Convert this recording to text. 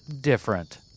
different